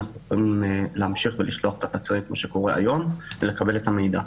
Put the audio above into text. אנחנו נמשיך לשלוח את ה --- כמו שקורה היום ולקבל את המידע.